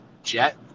Jet